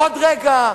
עוד רגע,